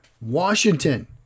Washington